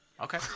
Okay